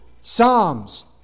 Psalms